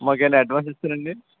మాకేమన్నా advance ఇస్తారండీ